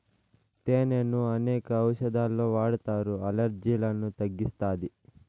తేనెను అనేక ఔషదాలలో వాడతారు, అలర్జీలను తగ్గిస్తాది